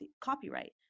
copyright